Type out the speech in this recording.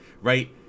right